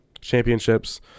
championships